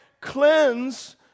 cleanse